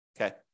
okay